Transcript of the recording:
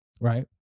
right